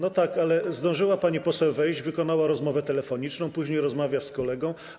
No tak, ale zdążyła pani poseł wejść, wykonała rozmowę telefoniczną, później rozmawiała z kolegą.